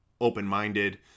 open-minded